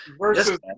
Versus